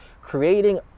creating